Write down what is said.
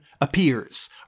appears